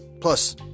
Plus